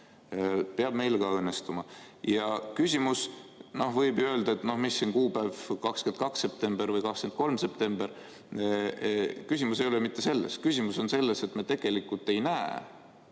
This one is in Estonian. peab meil ka õnnestuma. Ja nüüd küsimus. Võib ju öelda, et noh, mis see kuupäev on, 22. september või 23. september. Küsimus ei ole ju mitte selles. Küsimus on selles, et me tegelikult ei näe,